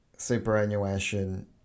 superannuation